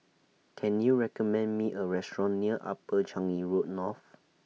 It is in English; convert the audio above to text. Can YOU recommend Me A Restaurant near Upper Changi Road North